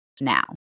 now